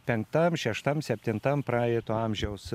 penktam šeštam septintam praeito amžiaus